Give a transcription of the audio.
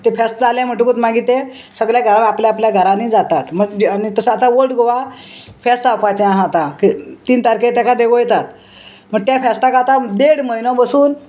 तें फेस्त जालें म्हणटकूच मागीर तें सगल्या घरान आपल्या आपल्या घरांनी जातात आनी तसो आतां ओल्ड गोवा फेस्त जावपाचें आहा आतां तीन तारखेक तेका देवयतात पूण त्या फेस्ताक आतां देड म्हयनो बसून